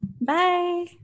bye